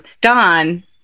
Don